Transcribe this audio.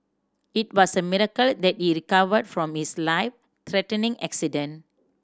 it was a miracle that he recovered from his life threatening accident